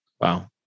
Wow